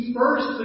first